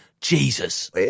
jesus